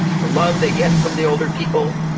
the love they get from the older people.